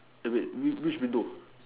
eh wait which which window